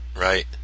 right